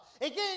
again